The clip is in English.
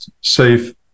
safe